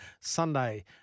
Sunday